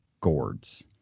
gourds